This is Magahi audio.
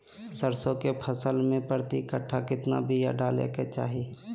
सरसों के फसल में प्रति कट्ठा कितना बिया डाले के चाही?